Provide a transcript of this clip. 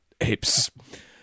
apes